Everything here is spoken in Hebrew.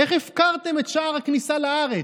איך הפקרתם את שער הכניסה לארץ?